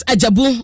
Ajabu